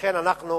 לכן, אנחנו